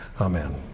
Amen